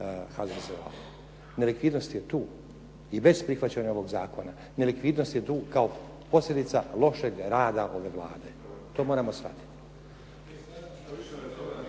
HZZO-a. Nelikvidnost je tu i bez prihvaćanja ovog zakona. nelikvidnost je tu kao posljedica lošeg rada ove Vlade. To moramo shvatiti.